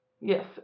Yes